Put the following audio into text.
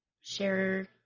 share